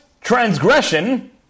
transgression